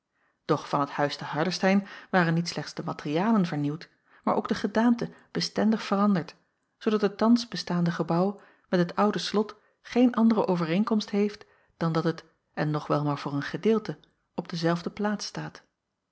doch van het huis te hardestein waren niet slechts de materialen vernieuwd maar ook de gedaante bestendig veranderd zoodat het thans bestaande gebouw met het oude slot geen andere overeenkomst heeft dan dat het en nog wel maar voor een gedeelte op dezelfde plaats staat